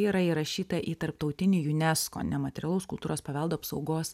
yra įrašyta į tarptautinį unesco nematerialaus kultūros paveldo apsaugos